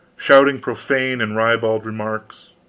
shouting profane and ribald remarks,